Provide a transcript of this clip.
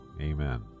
amen